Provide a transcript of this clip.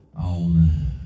on